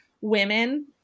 women